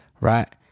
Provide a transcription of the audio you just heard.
Right